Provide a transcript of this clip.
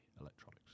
electronics